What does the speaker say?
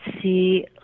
see